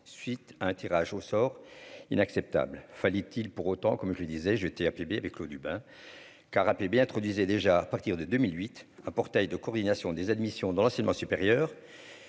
suite à un tirage au sort inacceptable, fallait-il pour autant comme je disais, j'ai été appelé avec l'eau du bain car bien trop disait déjà à partir de 2008, un portail de coordination des admissions dans l'enseignement supérieur,